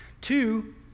Two